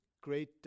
Great